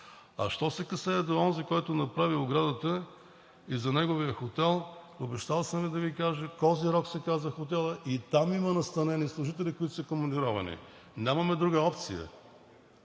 А що се касае до онзи, който направи оградата, и за неговия хотел, обещал съм да Ви кажа: „Козирог“ се казва хотелът и там има настанени служители, които са командировани. Нямаме друга опция.